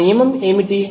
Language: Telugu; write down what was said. ఆ నియమం ఏమిటి